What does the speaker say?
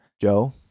Joe